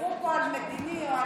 כשידברו פה על מדיני או על,